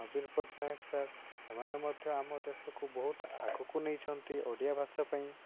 ନବୀନ ପଟ୍ଟନାୟକ ସାର୍ ସେମାନେ ମଧ୍ୟ ଆମ ଦେଶକୁ ବହୁତ ଆଗକୁ ନେଇଛନ୍ତି ଓଡ଼ିଆ ଭାଷା ପାଇଁ